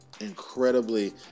incredibly